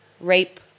rape